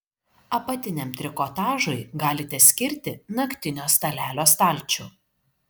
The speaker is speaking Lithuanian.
apatiniam trikotažui galite skirti naktinio stalelio stalčių